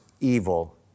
evil